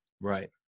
Right